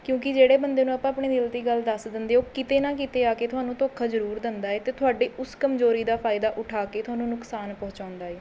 ਕਿਉਂਕਿ ਜਿਹੜੇ ਬੰਦੇ ਨੂੰ ਆਪਾਂ ਆਪਣੇ ਦਿਲ ਦੀ ਗੱਲ ਦੱਸ ਦਿੰਦੇ ਉਹ ਕਿਤੇ ਨਾ ਕਿਤੇ ਆ ਕੇ ਤੁਹਾਨੂੰ ਧੋਖਾ ਜ਼ਰੂਰ ਦਿੰਦਾ ਏ ਅਤੇ ਤੁਹਾਡੀ ਉਸ ਕਮਜ਼ੋਰੀ ਦਾ ਫਾਇਦਾ ਉਠਾ ਕੇ ਤੁਹਾਨੂੰ ਨੁਕਸਾਨ ਪਹੁੰਚਾਉਦਾ ਏ